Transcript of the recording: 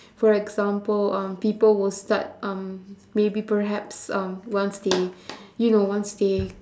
for example um people will start um maybe perhaps um once they you know once they